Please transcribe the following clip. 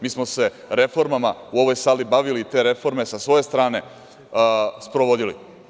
Mi smo se reformama u ovoj sali bavili, te reforme sa svoje strane sprovodili.